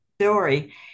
story